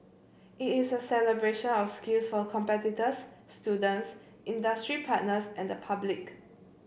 it is a celebration of skills for competitors students industry partners and the public